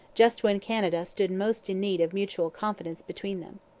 just when canada stood most in need of mutual confidence between them.